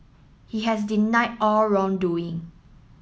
he has denied all wrongdoing